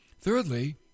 thirdly